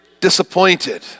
disappointed